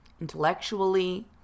intellectually